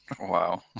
Wow